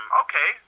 okay